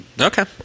Okay